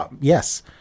Yes